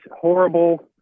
horrible